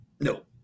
No